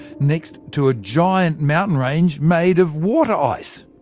next to a giant mountain range made of water ice.